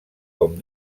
com